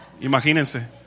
Imagínense